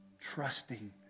trusting